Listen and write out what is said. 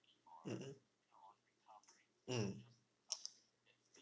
mmhmm mm